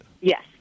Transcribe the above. Yes